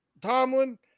Tomlin